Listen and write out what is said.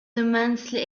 immensely